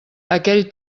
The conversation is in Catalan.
aquell